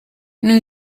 new